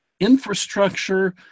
infrastructure